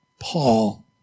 Paul